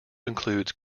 includes